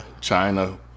China